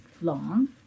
Long